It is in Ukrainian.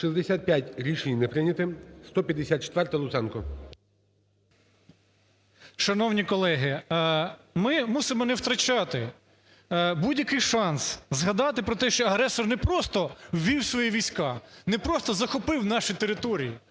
Шановні колеги, ми мусимо не втрачати будь-який шанс згадати про те, що агресор не просто ввів свої війська, не просто захопив наші території,